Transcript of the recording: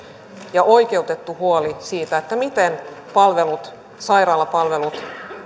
ja oikeutettu huoli siitä miten palvelut sairaalapalvelut